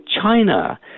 china